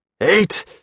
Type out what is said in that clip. eight